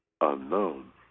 unknown